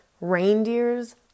reindeers